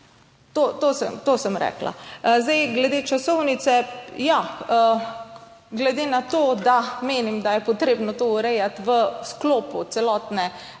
To sem rekla. Glede časovnice. Glede na to, da menim, da je potrebno to urejati v sklopu celotne